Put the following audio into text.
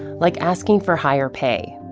like asking for higher pay.